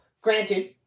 granted